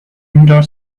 indoor